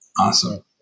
Awesome